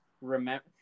remember